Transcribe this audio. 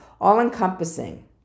all-encompassing